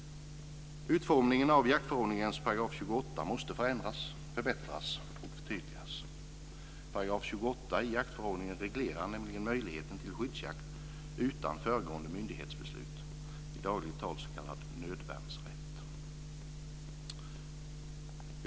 Utformningen av jaktförordningen 28 § måste förändras, förbättras och förtydligas. I 28 § regleras möjligheten till skyddsjakt utan föregående myndighets beslut, i dagligt tal s.k. nödvärnsrätt.